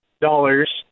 dollars